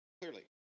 clearly